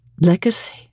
legacy